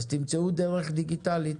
תמצאו דרך דיגיטלית,